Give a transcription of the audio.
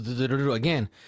again